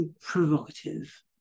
provocative